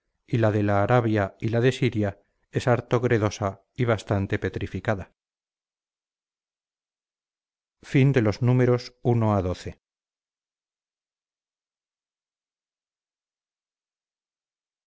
y la de la arabia y la de siria es harto gredosa y bastante petrificada xiii